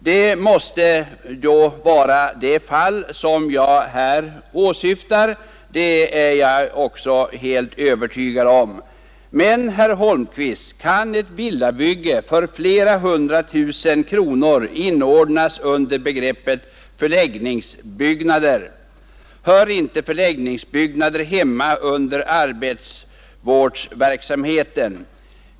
Det måste då vara det fall som jag här åsyftar — det är jag helt övertygad om. Men, herr Holmqvist, kan ett villabygge för flera hundra tusen kronor inordnas under begreppet ”förläggningsbyggnader”? Hör inte förläggningsbyggnader hemma under arbetsvårdsverksamheten?